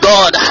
God